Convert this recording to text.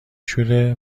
شوره